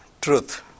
truth